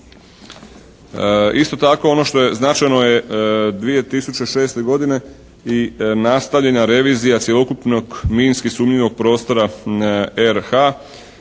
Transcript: Isto tako ono što je značajno je 2006. i nastavljena revizija cjelokupnog minski sumnjivog prostora RH